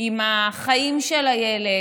עם החיים של הילד,